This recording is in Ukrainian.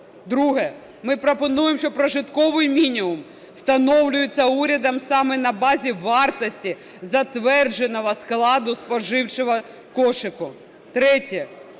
Друге: ми пропонуємо, що прожитковий мінімум встановлюється урядом саме на базі вартості затвердженого складу споживчого кошика.